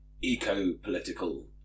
eco-political